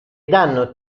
danno